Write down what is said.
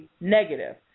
negative